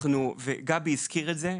גבי הזכיר את זה.